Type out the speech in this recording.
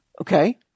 Okay